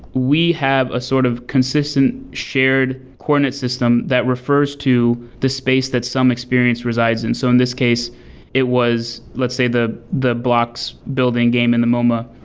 we have a sort of consistent shared coordinate system that refers to the space that some experience resides in. so in this case it was, let's say, the the blocks building game in the moma.